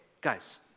guys